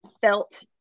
felt